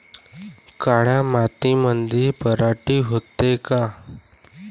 काळ्या मातीमंदी पराटी होते का?